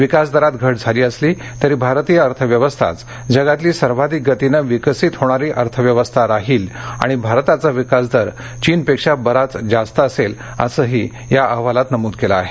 विकासदरात घाझाली असली तरी भारतीय अर्थव्यवस्थाच जगातली सर्वाधिक गतीनं विकसित होणारी अर्थ व्यवस्था राहील आणि भारताचा विकासदर चीनपेक्षा बराच जास्त असेल असंही या अहवालात म्हा कें आहे